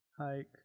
hike